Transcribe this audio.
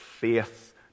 faith